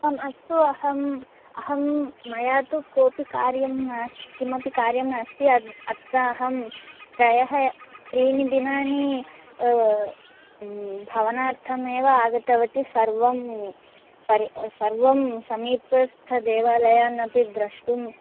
आम् अस्तु अहं अहं मया तु कोऽपि कार्यम् किमपि कार्यं नास्ति अत्र अहं त्रयः त्रीणि दिनानि भवनार्थमेव आगतवती सर्वं सर्वं समीपस्थदेवालयानपि द्रष्टुम्